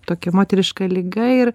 tokia moteriška liga ir